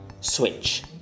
switch